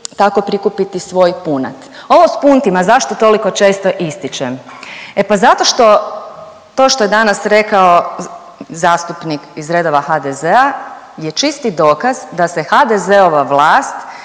tako prikupiti svoj punat. Ovo s puntima, zašto toliko često ističem? E pa zato što to što je danas rekao zastupnik iz redova HDZ je čisti dokaz da se HDZ-ova vlast